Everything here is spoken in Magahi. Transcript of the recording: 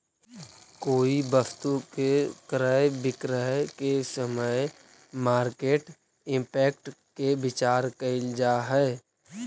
कोई वस्तु के क्रय विक्रय के समय मार्केट इंपैक्ट के विचार कईल जा है